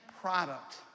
product